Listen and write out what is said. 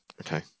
Okay